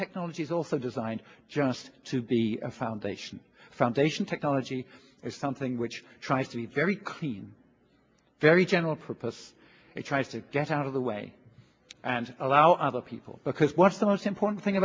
technologies also designed just to be a foundation foundation technology is something which tries to be very clean very general purpose it tries to get out of the way and allow other people because what's the most important thing